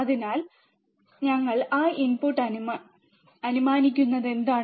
അതിനാൽ ഞങ്ങൾ ആ ഇൻപുട്ട് അനുമാനിക്കുന്നത് എന്താണ്